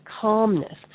calmness